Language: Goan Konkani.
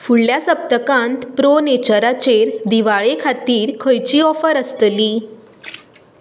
फुडल्या सप्तकांत प्रो नेचराचेर दिवाळे खातीर खंयची ऑफर आसतली